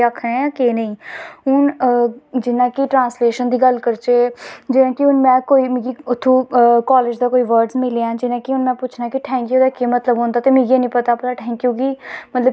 गल्ल एह् ऐ कि इस तरां अगर जियां अगर अस कुसै दुऐ देश च चली जन्नें अपनां जे उत्तें कोई बंदा लब्भी जा असओह्दे कन्नैं बिल्कुल अपनीं भाशा करनां चाह्दे ओह् बी चांह्दा कि अपनां बंदा आए दा कोई अपनां